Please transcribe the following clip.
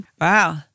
Wow